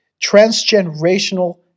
Transgenerational